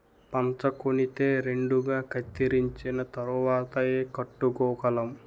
పంచకొనితే రెండుగా కత్తిరించిన తరువాతేయ్ కట్టుకోగలం